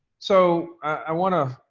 so i wanna,